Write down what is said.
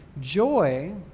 joy